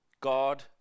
God